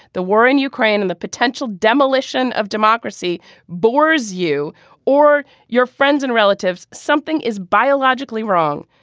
the war in ukraine and the potential demolition of democracy bores you or your friends and relatives. something is biologically wrong.